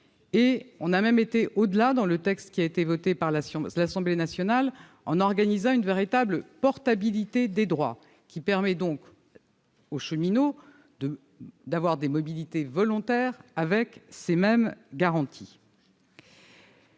avons même été au-delà, dans le texte qui a été voté par l'Assemblée nationale, en organisant une véritable portabilité des droits, qui permet donc aux cheminots d'effectuer des mobilités volontaires en conservant ces mêmes garanties.